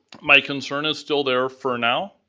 like and sort of still there for now,